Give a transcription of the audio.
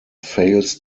fails